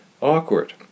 Awkward